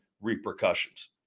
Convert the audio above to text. repercussions